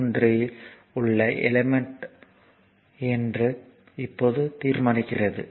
21 இல் உள்ள எலிமெண்ட் என்று இப்போது தீர்மானிக்கிறது